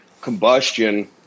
combustion